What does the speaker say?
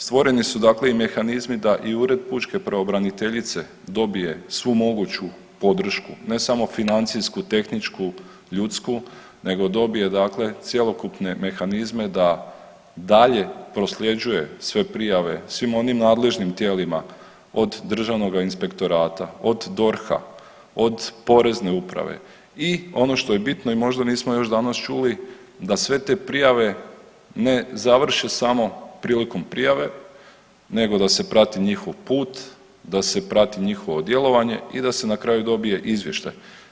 Stvoreni su dakle i mehanizmi da i ured pučke pravobraniteljice dobije svu moguću podršku, ne samo financijsku, tehničku, ljudsku neto dobije dakle cjelokupne mehanizme da dalje prosljeđuje sve prijave svim onim nadležnim tijelima od državnoga inspektorata, od DORH-a, od porezne uprave i ono što je bitno i možda nismo još danas čuli da sve te prijave ne završe samo prilikom prijave nego da se prati njihov put, da se prati njihovo djelovanje i da se na kraju dobije izvještaj.